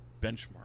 benchmark